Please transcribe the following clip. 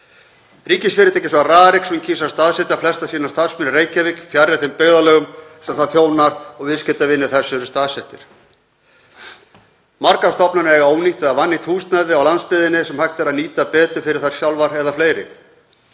Ríkisfyrirtækið Rarik kýs að staðsetja flesta sína starfsmenn í Reykjavík, fjarri þeim byggðarlögum sem það þjónar og viðskiptavinir þess eru staðsettir. Margar stofnanir eiga ónýtt eða vannýtt húsnæði á landsbyggðinni sem hægt er að nýta betur fyrir þær sjálfar eða fleiri.